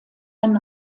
einen